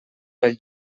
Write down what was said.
pel